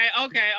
okay